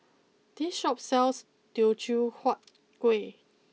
this Shop sells Teochew Huat Kuih